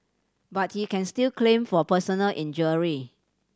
but he can still claim for personal injury